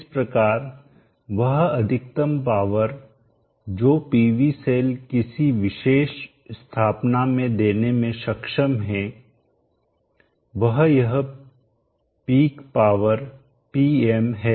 इस प्रकार वह अधिकतम पावर जो पीवी सेल किसी विशेष स्थापना में देने में सक्षम है वह यह पीक पावर Pm है